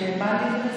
מה לי ולזה?